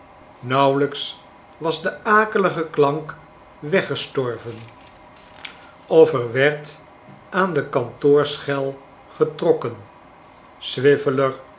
nauwelijks was de akelige klank weggestorven of er werd aan de kantoorschel getrokken